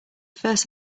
first